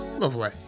Lovely